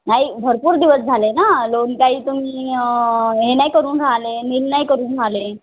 नाही भरपूर दिवस झाले ना लोन काही तुम्ही हे नाही करून राहिले निलही नाही करून राहिले